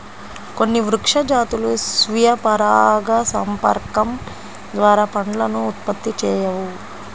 కొన్ని వృక్ష జాతులు స్వీయ పరాగసంపర్కం ద్వారా పండ్లను ఉత్పత్తి చేయవు